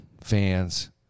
fans